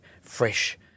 fresh